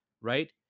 right